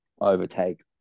overtake